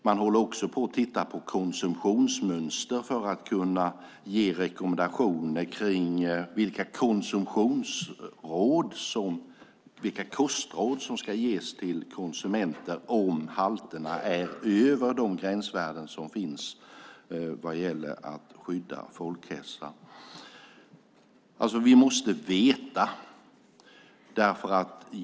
Man håller också på att titta på konsumtionsmönster för att kunna ge rekommendationer och kostråd till konsumenterna om halterna är över de gränsvärden som finns för att skydda folkhälsan. Vi måste veta.